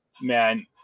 Man